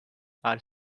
are